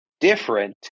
different